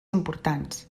importants